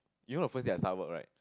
you know the first day I start work right